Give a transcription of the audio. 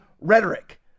rhetoric